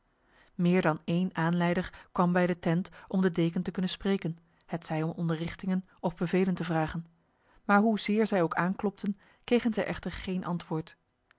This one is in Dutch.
meer dan een aanleider kwam bij de tent om de deken te kunnen spreken hetzij om onderrichtingen of bevelen te vragen maar hoezeer zij ook aanklopten kregen zij echter geen antwoord